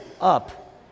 up